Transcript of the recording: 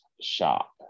shop